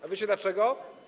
A wiecie dlaczego?